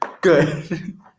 Good